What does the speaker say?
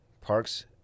parks